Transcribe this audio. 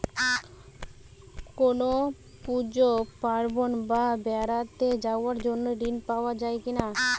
কোনো পুজো পার্বণ বা বেড়াতে যাওয়ার জন্য ঋণ পাওয়া যায় কিনা?